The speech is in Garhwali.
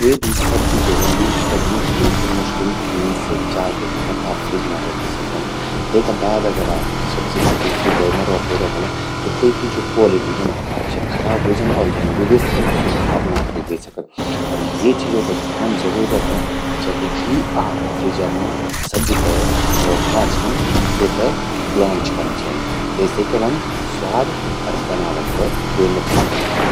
क्व सब्जी ज्वो व्हंदि, स्या मुश्किल से मुश्किल तीन से चार दिन तक ज्वो चि आप फ्रिज मां रौखी सकदन। तेका बाद अगर आप सब्जी तखि फ्रिजे मां रौखि रौखला, त तेकि ज्वो क्व़ॉलिटी व्हंदि स्वो खराब ह्वे जंदि। अर यन भि व्हे सकद कि स्वो खतरनाक भी व्हे सकद अर ये चीजो त ध्यान जरूर रौखण कि जब भी आप फ्रिजर मां सब्जी ते रौखणां छिन, त तेते ब्लॉन्च कन चेंद। तेसे क्या व्हंद स्वाद अर बनावट ते क्वो नुकसान नि पौंछद।